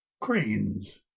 cranes